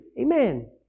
Amen